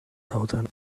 thousand